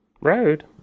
road